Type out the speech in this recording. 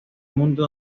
mundo